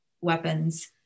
weapons